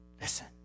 Listen